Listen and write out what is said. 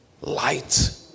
light